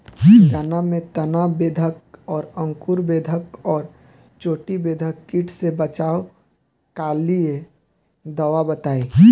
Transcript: गन्ना में तना बेधक और अंकुर बेधक और चोटी बेधक कीट से बचाव कालिए दवा बताई?